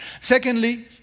Secondly